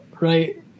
right